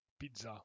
Pizza